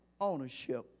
ownership